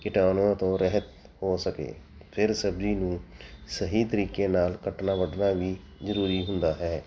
ਕੀਟਾਣੂਆਂ ਤੋਂ ਰਹਿਤ ਹੋ ਸਕੇ ਫਿਰ ਸਬਜ਼ੀ ਨੂੰ ਸਹੀ ਤਰੀਕੇ ਨਾਲ ਕੱਟਣਾ ਵੱਢਣਾ ਵੀ ਜ਼ਰੂਰੀ ਹੁੰਦਾ ਹੈ